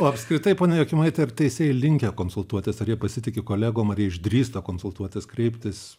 o apskritai pone jokimaite ar teisėjai linkę konsultuotis ar jie pasitiki kolegom ar jie išdrįsta konsultuotas kreiptis